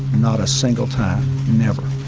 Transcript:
not a single time never.